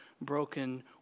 broken